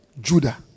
Judah